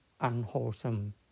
unwholesome